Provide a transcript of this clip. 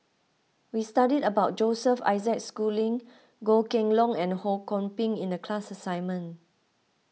we studied about Joseph Isaac Schooling Goh Kheng Long and Ho Kwon Ping in the class assignment